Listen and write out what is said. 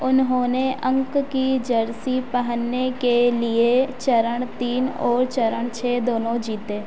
उन्होंने अंक की जर्सी पहनने के लिए चरण तीन और चरण छह दोनों जीते